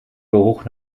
geruch